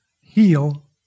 heal